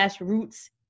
roots